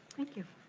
thank you.